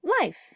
life